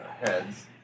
heads